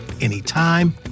anytime